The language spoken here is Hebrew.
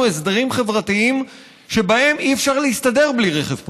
הסדרים חברתיים שבהם אי-אפשר להסתדר בלי רכב פרטי.